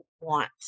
want